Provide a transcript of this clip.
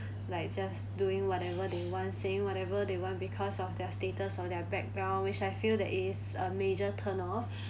like just doing whatever they want saying whatever they want because of their status or their background which I feel that is a major turnoff